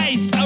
Ice